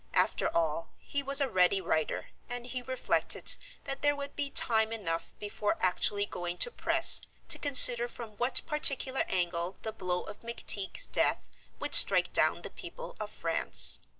after all, he was a ready writer, and he reflected that there would be time enough before actually going to press to consider from what particular angle the blow of mcteague's death would strike down the people of france.